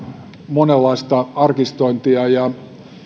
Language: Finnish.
monenlaista arkistointia ja